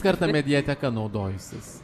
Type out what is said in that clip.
kartą mediateka naudojusis